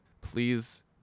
please